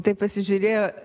taip pasižiūrėjo